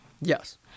Yes